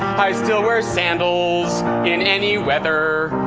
i still wear sandals in any weather.